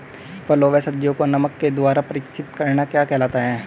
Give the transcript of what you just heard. फलों व सब्जियों को नमक के द्वारा परीक्षित करना क्या कहलाता है?